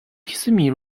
kissimmee